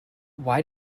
why